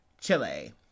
Chile